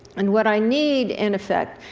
and what i need, in effect,